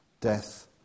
death